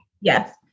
yes